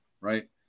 right